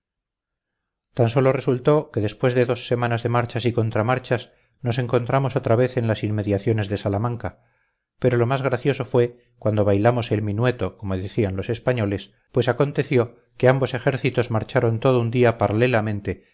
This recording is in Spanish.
tan sólo resultó que después de dos semanas de marchas y contramarchas nos encontramos otra vez en las inmediaciones de salamanca pero lo más gracioso fue cuando bailamos el minueto como decían los españoles pues aconteció que ambos ejércitos marcharon todo un día paralelamente